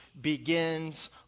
begins